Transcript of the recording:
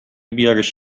بیارش